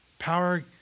Power